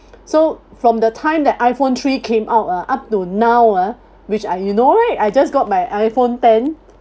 so from the time that iphone three came out ah up to now ah which I you know right I just got my iphone ten